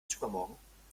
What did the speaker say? übermorgen